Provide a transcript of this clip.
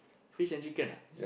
fish and chicken ah